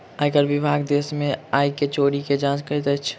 आयकर विभाग देश में आय के चोरी के जांच करैत अछि